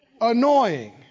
annoying